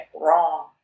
wrong